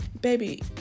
baby